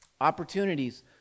opportunities